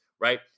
right